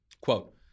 Quote